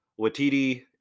Watiti